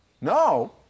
No